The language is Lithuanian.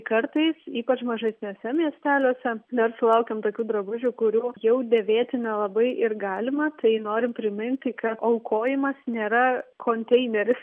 kartais ypač mažesniuose miesteliuose dar sulaukiam tokių drabužių kurių jau dėvėti nelabai ir galima tai norim priminti kad aukojimas nėra konteineris